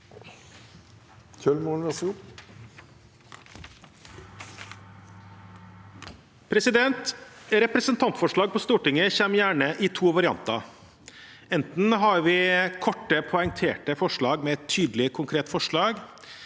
Representant- forslag på Stortinget kommer gjerne i to varianter. Enten har vi korte, poengterte forslag med et tydelig, konkret forslag,